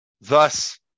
Thus